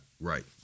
right